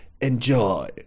Enjoy